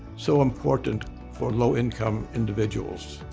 so important for low income individuals.